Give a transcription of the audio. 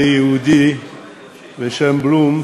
זה יהודי בשם בלום,